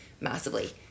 massively